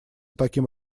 таким